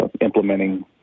implementing